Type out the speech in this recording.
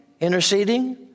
interceding